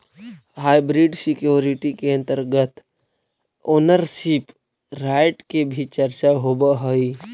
hybrid security के अंतर्गत ownership right के भी चर्चा होवऽ हइ